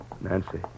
Nancy